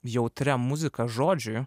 jautria muzika žodžiui